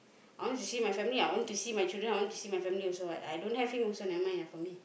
I want to see my family lah I want to see my children lah I want to see my family also what I don't have him also never mind lah for me